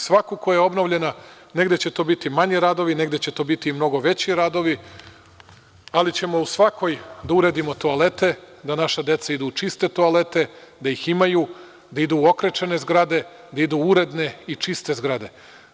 Svaku koja je obnovljena, negde će to biti manji radovi, negde će to biti mnogo veći radovi, ali ćemo u svakoj da uradimo toalete, da naša deca idu u čiste toalete, da ih imaju, da idu u okrečene zgrade, da idu u uredne i čiste zgrade.